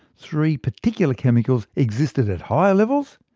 three particular chemicals existed at higher levels,